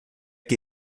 que